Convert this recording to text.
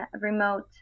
remote